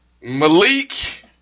Malik